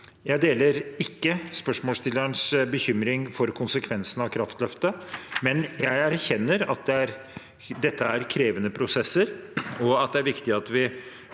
Jeg deler ikke spørsmålsstillerens bekymring for konsekvensene av kraftløftet. Jeg erkjenner likevel at dette er krevende prosesser, og at det er viktig at vi